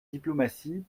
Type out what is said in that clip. diplomatie